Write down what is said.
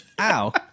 Ow